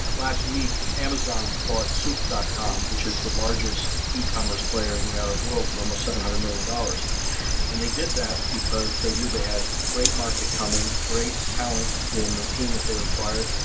but last week, amazon bought souq dot com, which is the largest e-commerce player in the arab world for almost seven hundred million dollars and they did that because they knew they had great market coming, great talent in the team that they require,